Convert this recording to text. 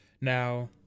Now